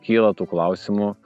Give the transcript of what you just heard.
kyla tų klausimų